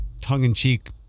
tongue-in-cheek